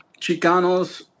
Chicanos